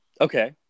Okay